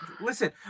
listen